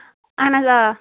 اَہَن حظ آ